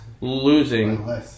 losing